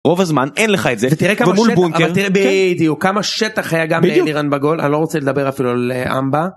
רוב הזמן אין לך את זה תראה כמה שטח היה גם לאלירן בגול לא רוצה לדבר אפילו על אמבה.